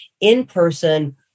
in-person